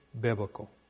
biblical